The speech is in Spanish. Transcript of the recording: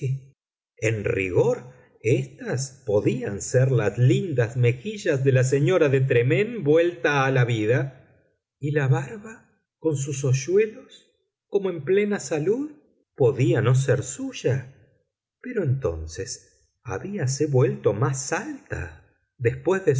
en rigor éstas podían ser las lindas mejillas de la señora de tremaine vuelta a la vida y la barba con sus hoyuelos como en plena salud podía no ser suya pero entonces habíase vuelto más alta después de